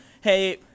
hey